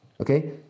Okay